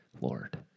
Lord